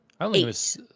Eight